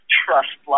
trust